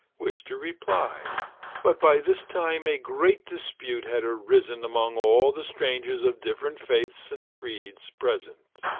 wished to reply but by this time a great dispute had arisen among all the strangers of different faiths and creeds present.